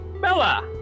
Bella